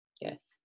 Yes